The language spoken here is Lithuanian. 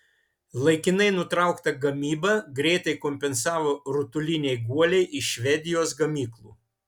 laikinai nutrauktą gamybą greitai kompensavo rutuliniai guoliai iš švedijos gamyklų